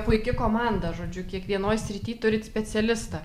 puiki komanda žodžiu kiekvienoj srity turit specialistą